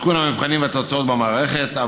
עדכון המבחנים והתוצאות במערכת,